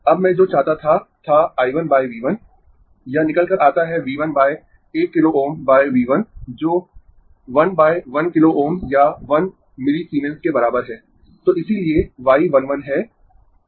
अब मैं जो चाहता था था I 1 V 1 यह निकल कर आता है V 1 1 किलो Ω V 1 जो 1 1 किलो Ω या 1 मिलीसीमेंस के बराबर है तो इसीलिए y 1 1 है